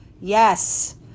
Yes